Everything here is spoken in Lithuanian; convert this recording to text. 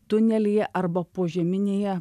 tunelyje arba požeminėje